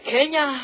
Kenya